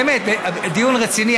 באמת דיון רציני,